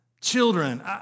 Children